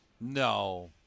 No